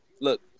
Look